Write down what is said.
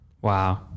Wow